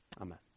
Amen